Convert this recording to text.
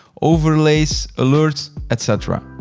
overlays, alerts, et cetera.